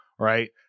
right